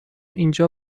اینجا